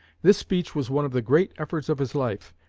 this speech was one of the great efforts of his life,